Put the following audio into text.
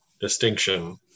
distinction